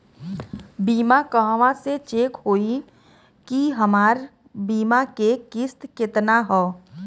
बीमा कहवा से चेक होयी की हमार बीमा के किस्त केतना ह?